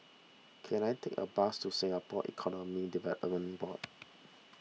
can I take a bus to Singapore Economic Development Board